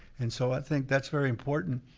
and so i think that's very important,